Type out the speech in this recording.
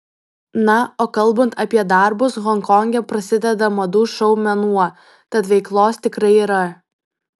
na o kalbant apie darbus honkonge prasideda madų šou mėnuo tad veiklos tikrai yra